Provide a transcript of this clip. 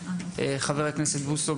חבר הכנסת בוסו,